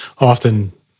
often